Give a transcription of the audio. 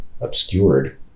obscured